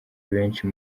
abenshi